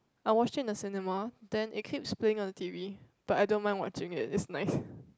I watching in the cinema then it keeps playing on the t_v but I don't mind watching it is nice